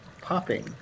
popping